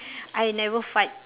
I never fart